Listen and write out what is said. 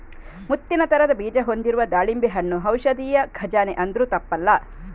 ಮುತ್ತಿನ ತರದ ಬೀಜ ಹೊಂದಿರುವ ದಾಳಿಂಬೆ ಹಣ್ಣು ಔಷಧಿಯ ಖಜಾನೆ ಅಂದ್ರೂ ತಪ್ಪಲ್ಲ